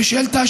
ושאילתה,